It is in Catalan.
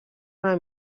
una